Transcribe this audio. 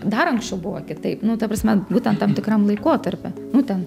dar anksčiau buvo kitaip nu ta prasme būtent tam tikram laikotarpy būtent